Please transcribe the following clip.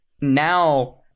now